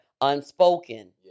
unspoken